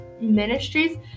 Ministries